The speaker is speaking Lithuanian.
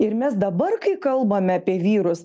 ir mes dabar kai kalbame apie vyrus